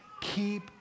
Keep